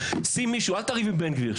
אל תריב עם בן גביר,